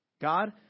God